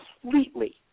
completely